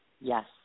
Yes